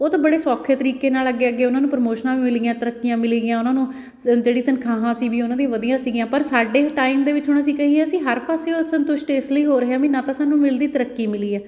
ਉਹ ਤਾਂ ਬੜੇ ਸੌਖੇ ਤਰੀਕੇ ਨਾਲ ਅੱਗੇ ਅੱਗੇ ਉਨ੍ਹਾਂ ਨੂੰ ਪ੍ਰਮੋਸ਼ਨਾਂ ਵੀ ਮਿਲਗੀਆਂ ਤਰੱਕੀਆਂ ਮਿਲੀ ਗਈਆਂ ਉਨ੍ਹਾਂ ਨੂੰ ਸ ਜਿਹੜੀ ਤਨਖਾਹਾਂ ਸੀ ਵੀ ਉਨ੍ਹਾਂ ਦੀ ਵਧੀਆ ਸੀਗੀਆਂ ਪਰ ਸਾਡੇ ਟਾਈਮ ਦੇ ਵਿੱਚ ਹੁਣ ਅਸੀਂ ਕਹੀਏ ਅਸੀਂ ਹਰ ਪਾਸਿਓਂ ਸੰਤੁਸ਼ਟ ਇਸ ਲਈ ਹੋ ਰਹੇ ਹਾਂ ਵੀ ਨਾ ਤਾਂ ਸਾਨੂੰ ਮਿਲਦੀ ਤਰੱਕੀ ਮਿਲੀ ਹੈ